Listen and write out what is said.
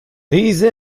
these